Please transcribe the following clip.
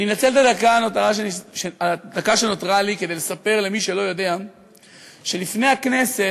אני אנצל את הדקה שנותרה לי כדי לספר למי שלא יודע שלפני הכנסת,